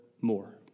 more